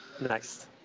Nice